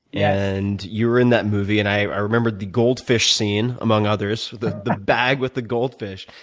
and you were in that movie, and i remembered the goldfish scene, among others the the bag with the goldfish.